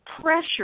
pressure